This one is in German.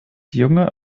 junge